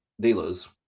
dealers